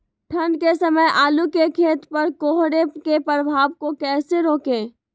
ठंढ के समय आलू के खेत पर कोहरे के प्रभाव को कैसे रोके?